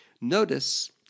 Notice